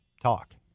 talk